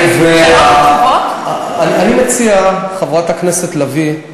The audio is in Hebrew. אני מציע, חברת הכנסת לביא,